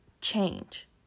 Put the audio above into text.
change